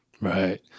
Right